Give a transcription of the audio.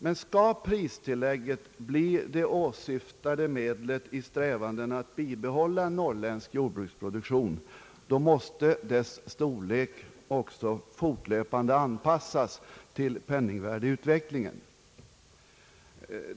Men skall pristillägget bli det åsyftade medlet i strävandena att bibehålla en norrländsk jordbruksproduktion, måste dess storlek också fortlöpande anpassas till penningvärdeutvecklingen.